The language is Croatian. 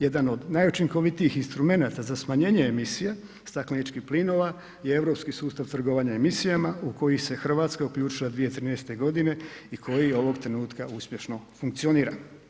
Jedan od najučinkovitijih instrumenata za smanjenje emisije stakleničkih plinova je Europski sustav trgovanja emisijama u kojih se RH uključila 2013.g. i koji ovog trenutka uspješno funkcionira.